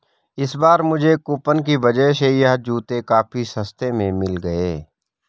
इस बार मुझे कूपन की वजह से यह जूते काफी सस्ते में मिल गए